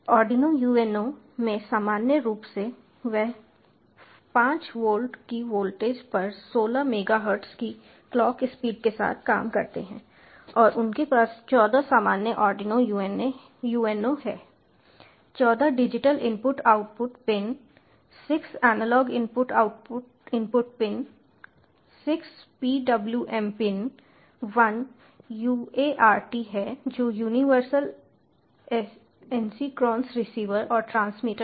Arduino UNO में सामान्य रूप से वे 5 वोल्ट की वोल्टेज पर 16 मेगाहर्ट्ज़ की क्लॉक स्पीड के साथ काम करते हैं और उनके पास 14 सामान्य आर्डिनो UNO है 14 digital input output pin 6 analog input pin 6 PWM pin 1 UART है जो यूनिवर्सल एसिंक्रोनस रिसीवर और ट्रांसमीटर है